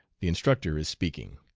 the instructor is speaking